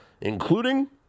including